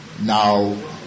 Now